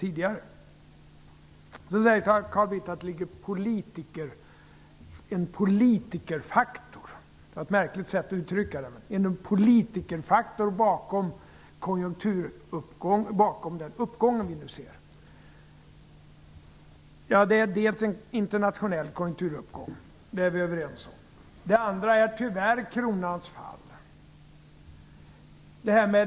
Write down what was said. Carl Bildt säger att det finns en politikerfaktor bakom den konjunkturuppgång vi nu ser. Det är ett märkligt sätt att uttrycka det. Det har skett en internationell konjunkturuppgång, det är vi överens om. Den andra faktorn är tyvärr kronans fall.